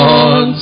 on